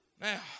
Now